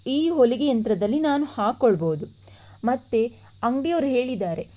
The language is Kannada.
ಈ ಹೊಲಿಗೆ ಯಂತ್ರದಲ್ಲಿ ನಾನು ಹಾಕೊಳ್ಬಹುದು ಮತ್ತೆ ಅಂಗಡಿಯವರು ಹೇಳಿದ್ದಾರೆ